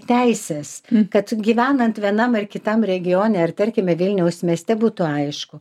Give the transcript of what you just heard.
teises kad gyvenant vienam ar kitam regione ar tarkime vilniaus mieste būtų aišku